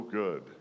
good